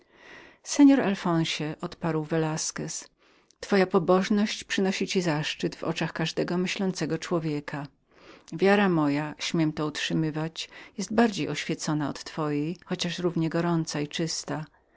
seor alfonsie odparł velasquez to uczucie pobożności przynosi ci zaszczyt w oczach każdego myślącego człowieka wiara moja śmiem to utrzymywać jest bardziej oświeconą od twojej chociaż równie gorącą i czystą